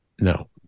No